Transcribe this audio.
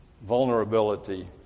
vulnerability